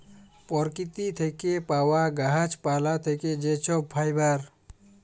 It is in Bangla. পরকিতি থ্যাকে পাউয়া গাহাচ পালা থ্যাকে যে ছব ফাইবার